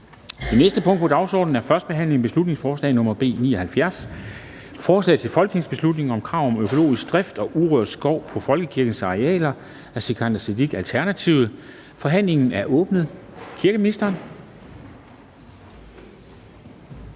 Det næste punkt på dagsordenen er: 2) 1. behandling af beslutningsforslag nr. B 79: Forslag til folketingsbeslutning om krav om økologisk drift og urørt skov på folkekirkens arealer. Af Sikandar Siddique (ALT) m.fl. (Fremsættelse